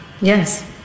Yes